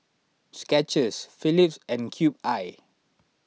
Skechers Phillips and Cube I